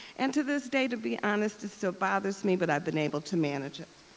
and to this day to be honest, it still bothers me but i've been able to manage it,